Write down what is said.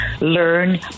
learn